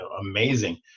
amazing